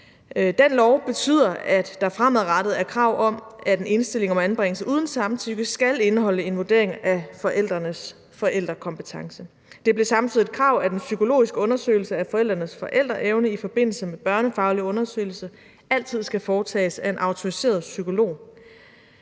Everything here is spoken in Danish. Den lov betyder, at der fremadrettet er krav om, at en indstilling om anbringelse uden samtykke skal indeholde en vurdering af forældrenes forældrekompetence. Det blev samtidig et krav, at en psykologisk undersøgelse af forældrenes forældreevne i forbindelse med børnefaglig undersøgelse altid skal foretages af en autoriseret psykolog.